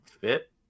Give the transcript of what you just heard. fit